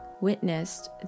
witnessed